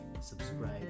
subscribe